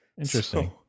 Interesting